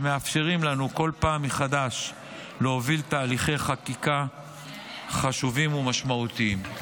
שמאפשרים לנו בכל פעם מחדש להוביל תהליכי חקיקה חשובים ומשמעותיים.